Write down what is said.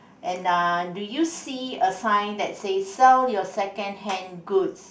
and uh do you see a sign that says sell your secondhand goods